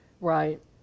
Right